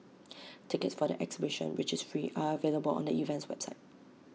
tickets for the exhibition which is free are available on the event's website